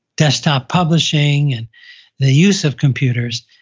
desktop publishing and the use of computers,